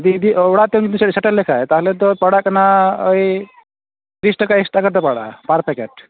ᱤᱫᱤ ᱚᱲᱟᱜ ᱛᱮᱢ ᱤᱫᱤ ᱥᱮᱴᱮᱨ ᱞᱮᱠᱷᱟᱱ ᱛᱟᱦᱚᱞᱮ ᱫᱚ ᱯᱟᱲᱟᱜ ᱠᱟᱱᱟ ᱳᱭ ᱵᱤᱥ ᱴᱟᱠᱟ ᱮᱠᱥᱴᱨᱟ ᱠᱟᱛᱮᱫ ᱯᱟᱲᱟᱜᱼᱟ ᱯᱟᱨ ᱯᱮᱠᱮᱴ